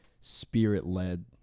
spirit-led